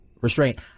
restraint